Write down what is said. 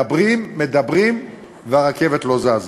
מדברים, מדברים, והרכבת לא זזה.